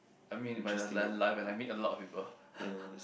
I mean by life and like I meet a lot of people